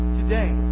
today